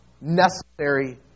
necessary